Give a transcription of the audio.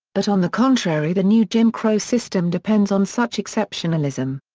but on the contrary the new jim crow system depends on such exceptionalism.